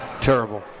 Terrible